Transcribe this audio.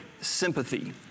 sympathy